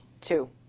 Two